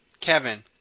Kevin